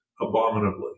abominably